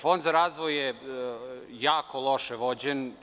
Fond za razvoj je jako loše vođen.